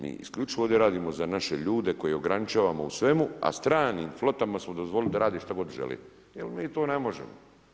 Mi isključivo ovdje radimo za naše ljude koje ograničavamo u svemu a stranim flotama smo dozvolili da rade što god želi jer mi to ne možemo.